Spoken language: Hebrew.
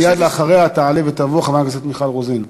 מייד אחריה תעלה ותבוא חברת הכנסת מיכל רוזין.